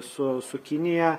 su su kinija